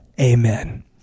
Amen